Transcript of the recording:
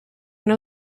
one